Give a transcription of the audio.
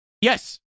yes